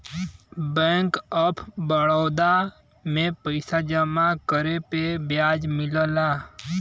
bank of Baroda में पइसा जमा करे पे ब्याज मिलला